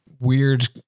weird